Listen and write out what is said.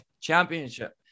Championship